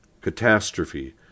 catastrophe